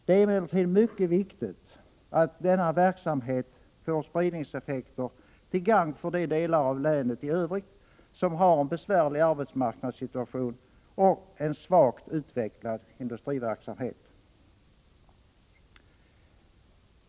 Det är emellertid mycket viktigt att denna verksamhet får spridningseffekter till gagn för de delar av länet i övrigt som har en besvärlig arbetsmarknadssituation och en svagt utvecklad industriverksamhet.